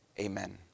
Amen